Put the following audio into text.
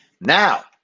Now